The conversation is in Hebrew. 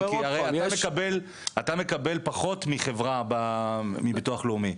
כי אתה מקבל, אתה מקבל פחות מחברה מביטוח לאומי.